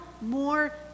more